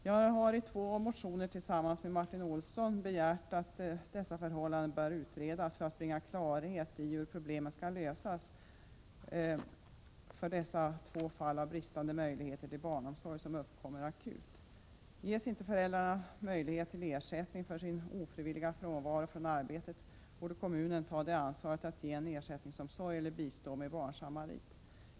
Jag har i två motioner tillsammans med Martin Olsson begärt att dessa förhållanden skall utredas för att bringa klarhet i hur problemen skall lösas vid dessa två fall av bristande möjlighet till barnomsorg som uppkommer akut. Ges inte föräldrarna möjlighet till ersättning för sin ofrivilliga frånvaro från arbetet borde kommunen ta ansvaret och ge en ersättningsomsorg eller bistå med barnsamarit.